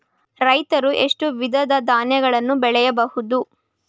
ರೈತರು ಎಷ್ಟು ವಿಧದ ಧಾನ್ಯಗಳನ್ನು ಬೆಳೆಯಬಹುದು?